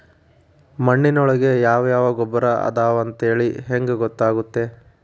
ಮಣ್ಣಿನೊಳಗೆ ಯಾವ ಯಾವ ಗೊಬ್ಬರ ಅದಾವ ಅಂತೇಳಿ ಹೆಂಗ್ ಗೊತ್ತಾಗುತ್ತೆ?